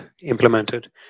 implemented